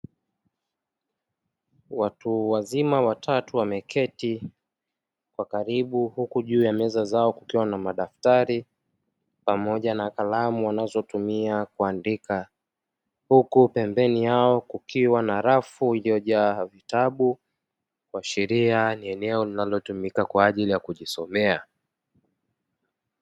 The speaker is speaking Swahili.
Watu wazima watatu wameketi kwa karibu huku juu ya meza zao kukiwa na madaftari pamoja na kalamu wanazotumia kuandika huku pembeni yao kukiwa na rafu iliyojaa vitabu kuashiria ni eneo linalotumika kwa ajili ya kujisomea.